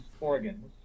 organs